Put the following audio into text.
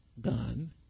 gun